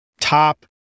top